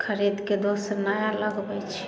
खरीदके दोसर नया लगबै छी